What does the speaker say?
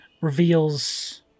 reveals